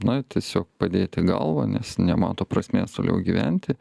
na tiesiog padėti galvą nes nemato prasmės toliau gyventi